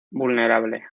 vulnerable